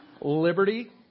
Liberty